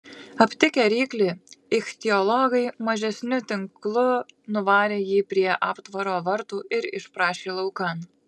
aptikę ryklį ichtiologai mažesniu tinklu nuvarė jį prie aptvaro vartų ir išprašė laukan